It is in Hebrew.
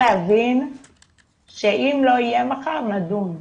חייב להבין שאם לא יהיה מחר נדון.